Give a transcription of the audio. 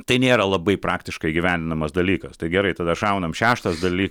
tai nėra labai praktiškai įgyvendinamas dalykas tai gerai tada šaunam šeštas dalykas